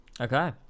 Okay